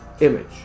image